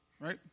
Right